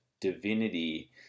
divinity